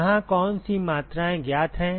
यहाँ कौन सी मात्राएँ ज्ञात हैं